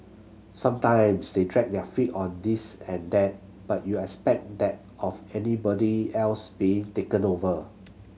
sometimes they dragged their feet on this and that but you expect that of anybody else being taken over